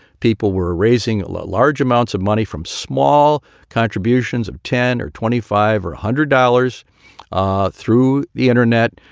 people were raising large amounts of money from small contributions of ten or twenty five or a hundred dollars ah through the internet,